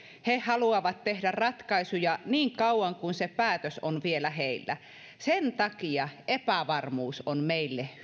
he he haluavat tehdä ratkaisuja niin kauan kuin se päätös on vielä heillä sen takia epävarmuus on meille